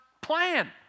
plan